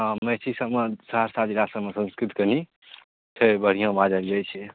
हँ महिषी सबमे सहरसा जिला सबमे संस्कृत कनि छै बढ़िआँ बाजल जाइ छै